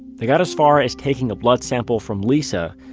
they got as far as taking a blood sample from lisa,